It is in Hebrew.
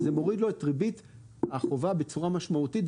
זה מוריד לו את ריבית החובה בצורה משמעותית.